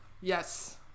Yes